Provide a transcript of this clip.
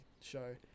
show